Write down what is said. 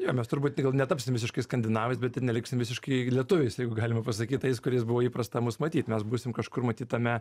jo mes turbūt netapsim visiškai skandinavais bet ir neliksim visiškai lietuviais jeigu galima pasakyt tais kuriais buvo įprasta mus matyt mes būsim kažkur matyt tame